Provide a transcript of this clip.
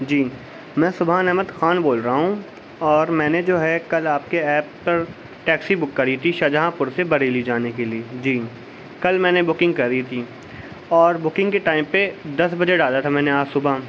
جی میں سبحان احمد خان بول رہا ہوں اور میں نے جو ہے کل آپ کے ایپ پر ٹیکسی بک کری تھی شاہجہاں پور سے بریلی جانے کے لیے جی کل میں نے بکنگ کری تھی اور بکنگ کے ٹائم پہ دس بجھے ڈالا تھا میں نے آج صبح